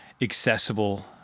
accessible